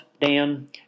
Dan